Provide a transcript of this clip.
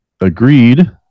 agreed